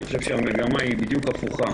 אני חושב שהמגמה היא בדיוק הפוכה,